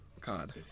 God